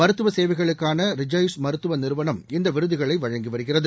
மருத்துவச் சேவைகளுக்கான ரிஜாயிஸ் மருத்துவ நிறுவனம் இந்த விருதுகளை வழங்கி வருகிறது